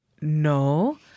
No